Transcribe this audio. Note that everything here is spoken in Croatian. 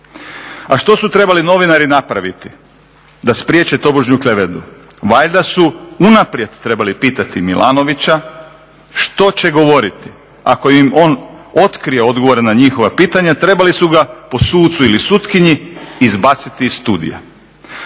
A što su trebali novinari napraviti da spriječe tobožnju klevetu? Valjda su unaprijed trebali pitati Milanovića što će govoriti, ako im on otkrije odgovore na njihova pitanja trebali su ga po sucu ili sutkinji izbaciti iz studija.